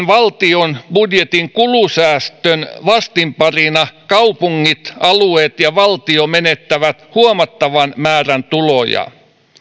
valtion budjetin kulusäästön vastinparina kaupungit alueet ja valtio menettävät huomattavan määrän tuloja